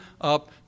up